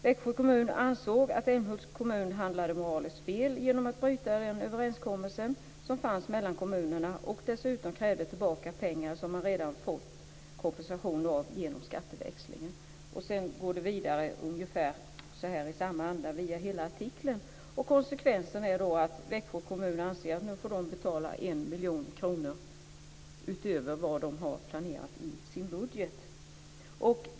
Växjö kommun ansåg att Älmhults kommun handlade moraliskt fel genom att bryta den överenskommelse som fanns mellan kommunerna och dessutom krävde tillbaka pengar som man redan fått kompensation för genom skatteväxling. Sedan går det vidare ungefär i samma anda genom hela artikeln. Konsekvenserna blir att Växjö kommun anser att de får betala 1 miljon kronor utöver vad man har planerat i sin budget.